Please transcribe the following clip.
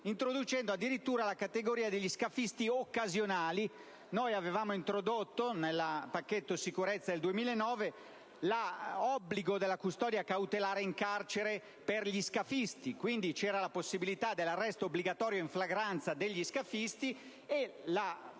introducendo addirittura la categoria degli scafisti occasionali. Noi avevamo introdotto, nel pacchetto sicurezza del 2009, l'obbligo della custodia cautelare in carcere per gli scafisti. Quindi, c'era la possibilità dell'arresto obbligatorio in flagranza per gli scafisti, con la